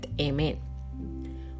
Amen